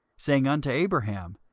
saying unto abraham,